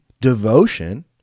devotion